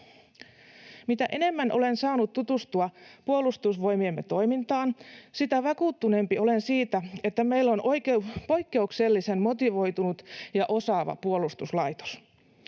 Mitä enemmän olen saanut tutustua Puolustusvoimiemme toimintaan, sitä vakuuttuneempi olen siitä, että meillä on poikkeuksellisen motivoitunut ja osaava puolustuslaitos.